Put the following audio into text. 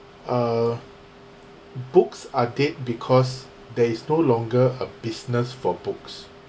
uh books are dead because there is no longer a business for books